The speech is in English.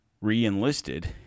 Re-enlisted